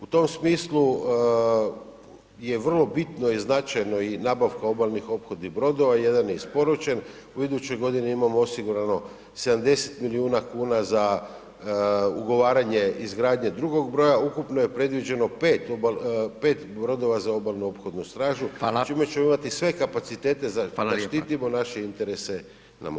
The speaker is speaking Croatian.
U tom smislu je vrlo bitno i značajno i nabavka obalnih ophodnih brodova, jedan je isporučen, u idućoj godini imamo osigurano 70 milijuna kuna za ugovaranje izgradnje drugog broja, ukupno je predviđeno 5 brodova za obalnu ophodnu stražu čime ćemo imati sve kapacitet da štitimo naše interese na moru.